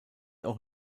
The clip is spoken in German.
auch